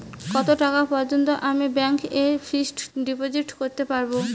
কত টাকা পর্যন্ত আমি ব্যাংক এ ফিক্সড ডিপোজিট করতে পারবো?